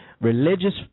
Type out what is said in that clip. religious